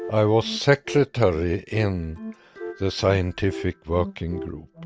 i was secretary in the scientific working group.